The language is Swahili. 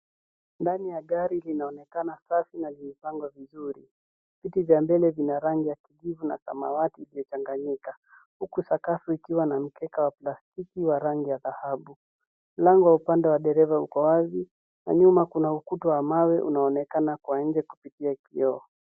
Ndani ya gari linaonekana safi na limepangwa vizuri. Kiti cha mbele kina rangi ya kijivu na samawati iliyochanganyika, huku sakafu ikiwa na mkeka wa plastiki wa rangi ya dhahabu. Lango wa upande wa dereva uko wazi na nyuma kuna ukuta wa mawe unaoonekana kwa nje kupitia kioo.